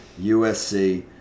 USC